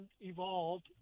evolved